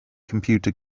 computer